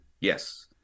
Yes